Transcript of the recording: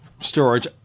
storage